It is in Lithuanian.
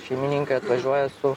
šeimininkai atvažiuoja su